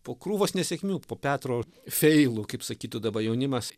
po krūvos nesėkmių po petro feilų kaip sakytų dabar jaunimas